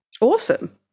awesome